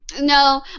no